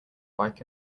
bike